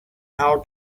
how